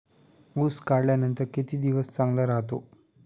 ऊस काढल्यानंतर किती दिवस चांगला राहतो?